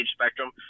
spectrum